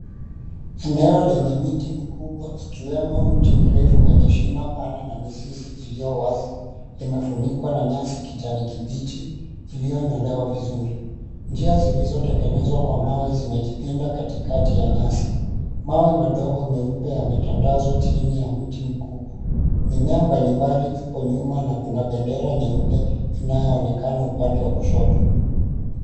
Eneo lenye miti mikubwa ikiwemo mti mrefu wenye shina pana na mizizi iliyo wazi imefunikwa na nyasi kijani kibichi iliyonyolewa vizuri. Njia zilizotengenezwa kwa mawe zimejipinda katikati ya nyasi. Mawe madogo meupe yametandazwa chini ya mti mkubwa. Mimea mbalimbali ipo nyuma na kuna bendera nyeupe inayoonekana upande wa kushoto.